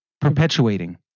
perpetuating